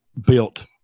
built